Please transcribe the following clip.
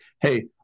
hey